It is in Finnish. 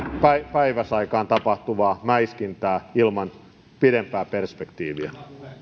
päiväsaikaan tapahtuvaa mäiskintää ilman pidempää perspektiiviä